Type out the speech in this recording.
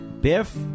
Biff